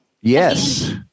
yes